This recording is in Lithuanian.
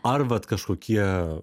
ar vat kažkokie